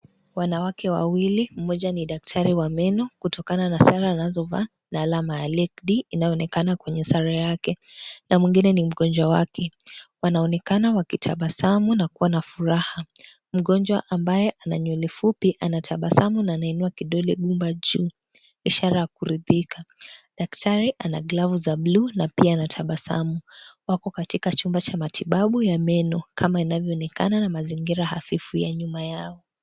Wanawake wawili, mmoja ni daktari wa meno kutokana na sare anazovaa na alama ya laked inayoonekana kwenye sare yake na mwengine ni mgonjwa wake. Wanaonekana wakitabasamu na kuwa na furaha. Mgonjwa ambaye ana nywele fupi anatabasamu na anainua kidole gumba juu ishara ya kuridhika. Daktari ana glavu za buluu na pia anatabasamu. Wako katika chumba cha matibabu cha meno kama inavyoonekana na mazingira hafifu ya nyuma yao.